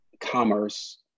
commerce